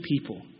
people